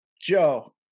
Joe